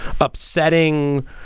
upsetting